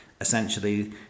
essentially